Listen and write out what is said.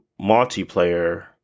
multiplayer